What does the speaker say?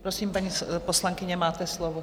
Prosím, paní poslankyně, máte slovo.